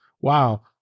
wow